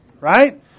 right